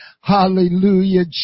Hallelujah